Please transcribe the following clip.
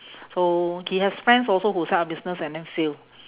so he has friends also who set up business and then fail